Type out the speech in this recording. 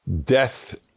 Death